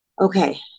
Okay